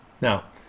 Now